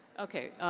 okay.